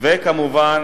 וכמובן,